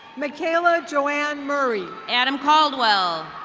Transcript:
mikaela joanne murray. adam caldwell.